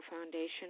foundation